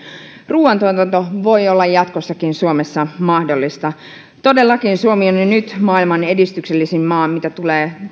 ruoantuotanto voi olla jatkossakin suomessa mahdollista todellakin suomi on jo nyt maailman edistyksellisin maa mitä tulee